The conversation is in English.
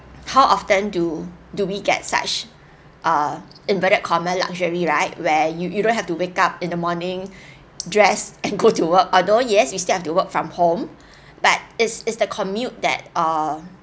how often do do we get such err inverted comma luxury right where you you don't have to wake up in the morning dress and go to work although yes we still have to work from home but it's it's the commute that err